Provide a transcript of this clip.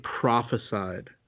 prophesied